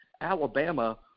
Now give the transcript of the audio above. Alabama